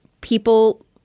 people